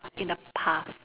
in the past